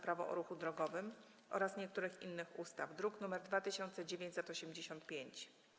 Prawo o ruchu drogowym oraz niektórych innych ustaw (druk nr 2985)